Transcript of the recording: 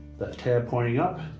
that tab pointing up.